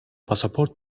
pasaport